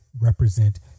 represent